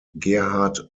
gerhard